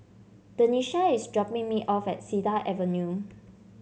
Denisha is dropping me off at Cedar Avenue